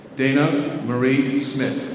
dana marie smith.